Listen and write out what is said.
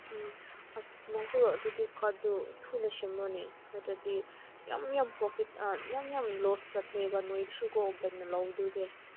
ꯎꯝ ꯑꯁ ꯅꯪꯁꯨ ꯑꯗꯨꯗꯤ ꯀꯥꯔꯗꯇꯨ ꯊꯨꯅ ꯁꯦꯝꯂꯣꯅꯦ ꯅꯠꯇ꯭ꯔꯗꯤ ꯌꯥꯝ ꯌꯥꯝ ꯄ꯭ꯔꯣꯐꯤꯠ ꯌꯥꯝ ꯌꯥꯝ ꯂꯣꯁ ꯆꯠꯂꯦꯕ ꯅꯣꯏꯕꯨꯁꯨꯀꯣ ꯕ꯭ꯂꯦꯛꯅ ꯂꯧꯕꯗꯨꯗꯤ